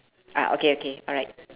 ah okay okay alright